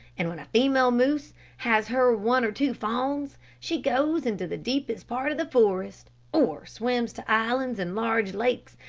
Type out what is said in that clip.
and when a female moose has her one or two fawns she goes into the deepest part of the forest, or swims to islands in large lakes,